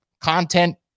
content